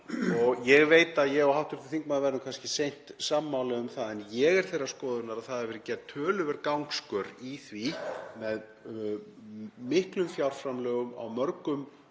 Ég veit að ég og hv. þingmaður verðum kannski seint sammála um það en ég er þeirrar skoðunar að það hafi verið gerð töluverð gangskör í því með miklum fjárframlögum á mörgum